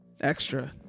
extra